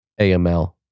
AML